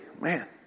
Man